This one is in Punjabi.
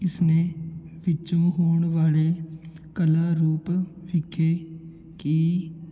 ਇਸ ਨੇ ਵਿੱਚੋਂ ਹੋਣ ਵਾਲੇ ਕਲਾ ਰੂਪ ਵਿਖੇ ਕਿ